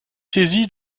saisie